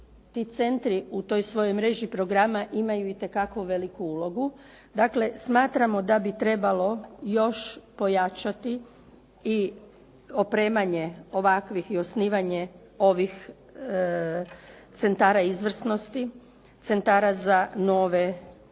ti centri u toj svojoj mreži programa imaju itekako veliku ulogu. Dakle, smatramo da bi trebalo još pojačati i opremanje ovakvih i osnivanje ovih centara izvrsnosti, centara za nove tehnologije.